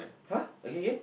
!huh! again again